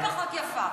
הרבה פחות יפה.